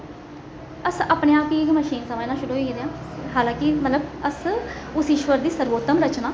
अस अपने आप गी इक मशीन समझना शुरू होई गेदे आं हलांकि मतलब अस उस ईश्वर दी सर्वोतम रचना